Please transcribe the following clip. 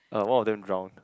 like one of them drowned